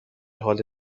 حال